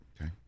Okay